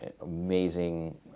amazing